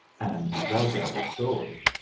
and he dragged out his sword.